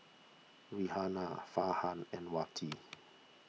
Raihana Farhan and Wati